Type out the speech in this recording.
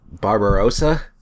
barbarossa